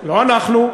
לא אנחנו.